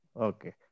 Okay